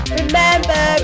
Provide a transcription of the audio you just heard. remember